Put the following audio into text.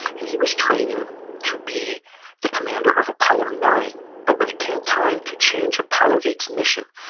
and he was training to be the commander of apollo nine. but when it came time to change apollo eight s mission,